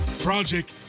Project